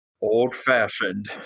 Old-fashioned